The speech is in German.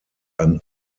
ein